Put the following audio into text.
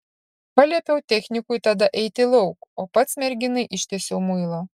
paliepiau technikui tada eiti lauk o pats merginai ištiesiau muilą